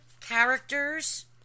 characters